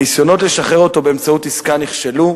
הניסיונות לשחרר אותו באמצעות עסקה נכשלו,